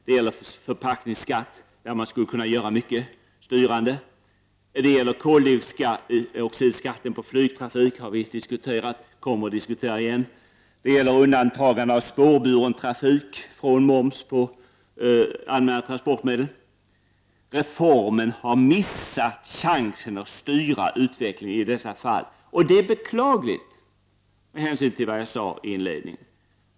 Det gäller också förpackningsskatt, som är ett viktigt område, där man skulle kunna vidta många styrande skatteåtgärder. Vidare gäller det koldioxidskatt för flygtrafiken. Den frågan har vi diskuterat, och vi kommer att diskutera den igen. Det gäller undantagande av moms för den spårburna trafiken. Reformen har missat chansen att styra utvecklingen i dessa fall, och det är beklagligt med hänsyn till vad jag sade i inledningen.